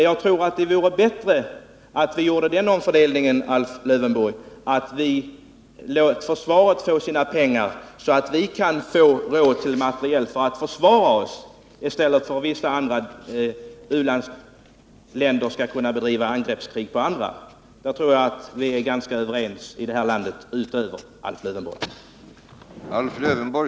Jag tror det vore bättre om vi gjorde den omfördelningen, Alf Lövenborg, att vi lät försvaret få sina pengar så att vi kan få råd med materiel för att försvara oss i stället för att vissa u-länder skall kunna bedriva angreppskrig gentemot andra. Jag tror att vi är ganska överens om detta i det här landet — utom Alf Lövenborg.